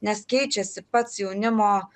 nes keičiasi pats jaunimo